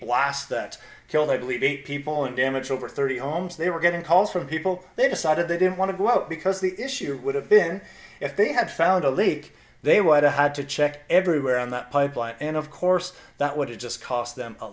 blast that killed i believe eight people and damage over thirty homes they were getting calls from people they decided they didn't want to go out because the issue would have been if they had found a leak they would have had to check everywhere on that pipeline and of course that would just cost them a